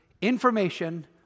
information